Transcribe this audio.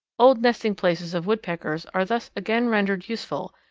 old nesting places of woodpeckers are thus again rendered useful,